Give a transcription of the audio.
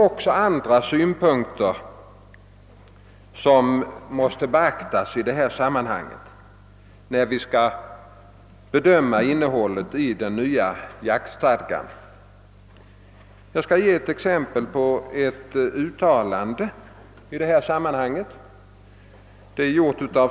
Också andra synpunkter måste naturligtvis beaktas när vi skall bedöma innehållet i den nya jaktstadgan. Jag skall ge ett exempel på de uttalanden som gjorts i detta sammanhang.